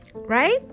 Right